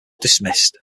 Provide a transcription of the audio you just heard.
dismissed